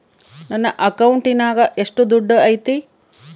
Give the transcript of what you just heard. ನನ್ನ ಅಕೌಂಟಿನಾಗ ಎಷ್ಟು ದುಡ್ಡು ಐತಿ?